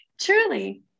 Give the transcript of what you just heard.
truly